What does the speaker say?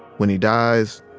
when he dies,